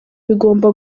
bigomba